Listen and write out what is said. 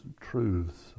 truths